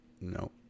no